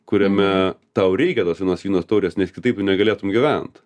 kuriame tau reikia tos vienos vyno taurės nes kitaip negalėtum gyvent